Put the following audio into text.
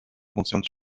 concerne